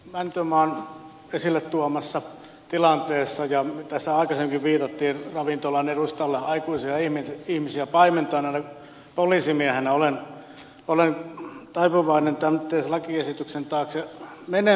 itse mäntymaan esille tuomassa tilanteessa ja mihin tässä aikaisemmin viitattiin ravintolan edustalla aikuisia ihmisiä paimentaneena poliisimiehenä olen taipuvainen tämän lakiesityksen taakse menemään